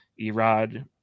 Erod